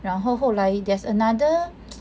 然后后来 there's another